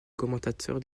commentateur